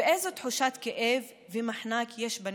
איזו תחושת כאב ומחנק יש בנשמה,